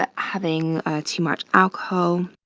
ah having too much alcohol.